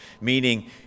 Meaning